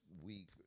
week